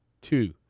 two